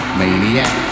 maniac